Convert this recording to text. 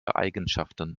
eigenschaften